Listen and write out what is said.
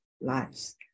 lives